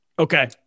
Okay